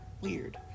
weird